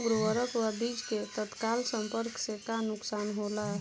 उर्वरक व बीज के तत्काल संपर्क से का नुकसान होला?